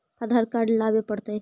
आधार card लाबे पड़तै?